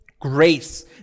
grace